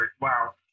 wow